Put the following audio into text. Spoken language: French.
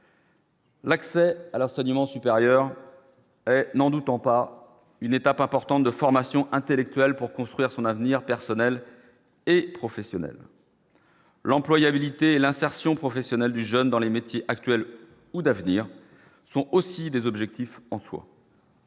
L'accès à la saignements supérieur, n'en doutons pas une étape importante de formation intellectuelle pour construire son avenir personnel et professionnel. L'employabilité, l'insertion professionnelle des jeunes dans les métiers actuels ou d'avenir sont aussi des objectifs en soi.